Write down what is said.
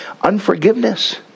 Unforgiveness